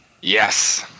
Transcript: Yes